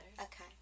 Okay